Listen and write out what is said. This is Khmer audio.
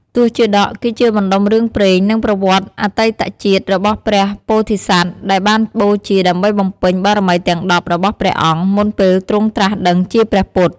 ទសជាតក គឺជាបណ្ដុំរឿងព្រេង និងប្រវត្តិអតីតជាតិរបស់ព្រះពោធិសត្វដែលបានបូជាដើម្បីបំពេញបារមីទាំង ១០ របស់ព្រះអង្គ មុនពេលទ្រង់ត្រាស់ដឹងជាព្រះពុទ្ធ។